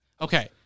Okay